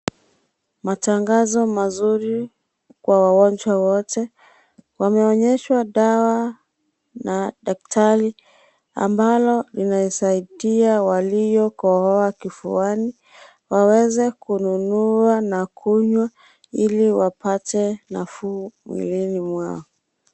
Matangazo mazuri kwa wagonjwa wote, wameonyeshwa dawa na daktari ambao linasaidia waliokohoa kifuani waweze kununua na kunywa ili wapate nafuu mwilini mwao.